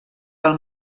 pel